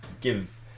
give